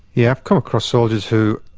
yeah i've come across soldiers who,